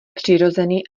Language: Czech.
přirozený